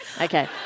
Okay